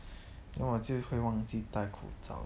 then 我就会忘记戴口罩